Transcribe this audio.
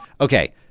Okay